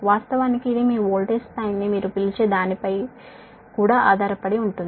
వాస్తవానికి ఇది voltage level పై ఆధారపడి ఉంటుంది